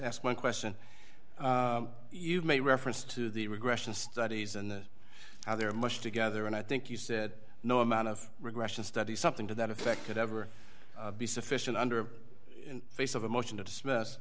ask one question you made reference to the regression studies and how they're much together and i think you said no amount of regression study something to that effect could ever be sufficient under the face of a motion to dismiss